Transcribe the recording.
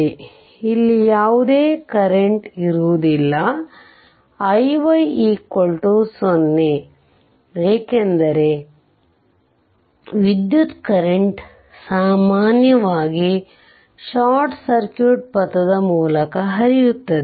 ಆದ್ದರಿಂದ ಇಲ್ಲಿ ಯಾವುದೇ ಕರೆಂಟ್ ಇರುವುದಿಲ್ಲ iy 0 ಏಕೆಂದರೆ ವಿದ್ಯುತ್ ಕರೆಂಟ್ ಸಾಮಾನ್ಯವಾಗಿ ಶಾರ್ಟ್ ಸರ್ಕ್ಯೂಟ್ ಪಥದ ಮೂಲಕ ಹರಿಯುತ್ತದೆ